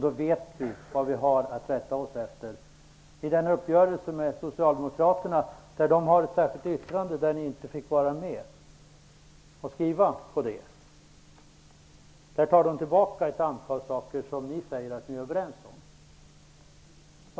Då vet vi vad vi har att rätta oss efter. Socialdemokraterna har ett särskilt yttrande som ni inte fick vara med att skriva. Där tar de tillbaka ett antal saker som ni i Ny demokrati säger att ni är överens om.